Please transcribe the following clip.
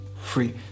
free